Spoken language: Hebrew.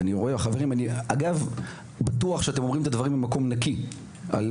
אני בטוח שאתם אומרים את דעתכם ממקום נקי ושאתם